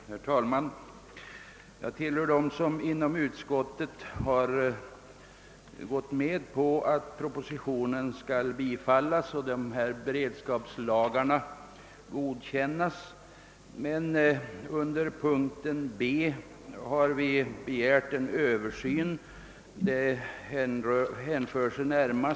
Herr talman! Jag tillhör dem inom utskottet som har gått med på förslaget om bifall till propositionen och godkännande av dessa beredskapslagar. Vi har emellertid under mom. B i utskottets hemställan begärt en översyn av metoder för styrning av kreditmarknaden.